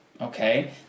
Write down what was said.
okay